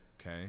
okay